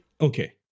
okay